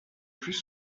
plus